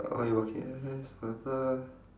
what are you working as blah blah